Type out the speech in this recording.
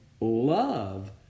love